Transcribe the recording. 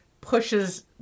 pushes